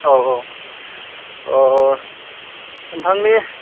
औ औ अ नोंथांनि